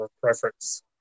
preference